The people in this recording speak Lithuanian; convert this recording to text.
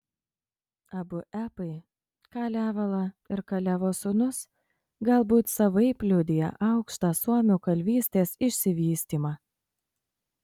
abu epai kalevala ir kalevo sūnus galbūt savaip liudija aukštą suomių kalvystės išsivystymą